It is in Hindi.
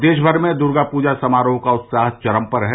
प्रदेश भर में दुर्गा पूजा समारोह का उत्साह चरम पर है